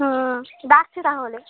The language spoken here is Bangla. হুম রাখছি তাহলে